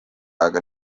aga